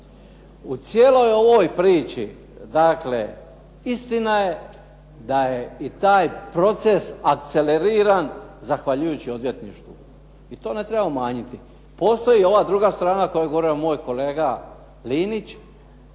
U cijeloj ovoj priči dakle istina je da je i taj proces akceleriran zahvaljujući odvjetništvu i to ne treba umanjiti. Postoji ova druga strana o kojoj je govorio moj kolega Linić,